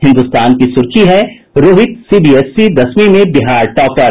हिन्दुस्तान की सुर्खी है रोहित सीबीएसई दसवीं में बिहार टॉपर